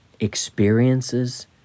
Experiences